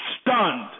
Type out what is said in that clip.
stunned